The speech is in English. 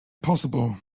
possible